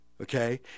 okay